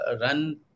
run